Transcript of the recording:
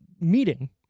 meeting